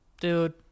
Dude